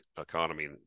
economy